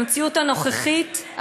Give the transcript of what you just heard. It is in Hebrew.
במציאות הנוכחית,